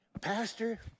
Pastor